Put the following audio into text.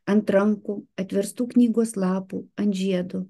ant rankų atverstų knygos lapų ant žiedų